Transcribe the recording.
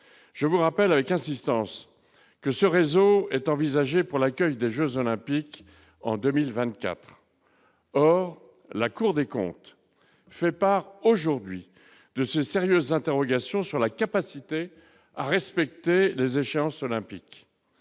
je vous rappelle avec insistance que la réalisation de ce réseau est envisagée pour l'accueil des jeux Olympiques en 2024. Or la Cour des comptes fait part aujourd'hui de sérieuses interrogations sur la capacité à respecter les échéances olympiques.